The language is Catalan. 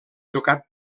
tocat